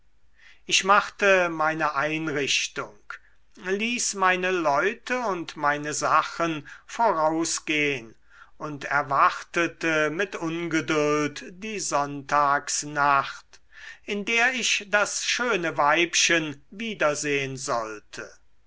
ich machte meine einrichtung ließ meine leute und meine sachen vorausgehen und erwartete mit ungeduld die sonntagsnacht in der ich das schöne weibchen wiedersehen sollte